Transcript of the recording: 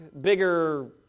bigger